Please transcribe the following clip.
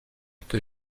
que